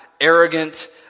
arrogant